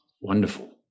Wonderful